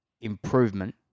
improvement